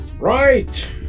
Right